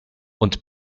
und